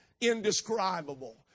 indescribable